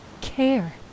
care